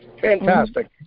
Fantastic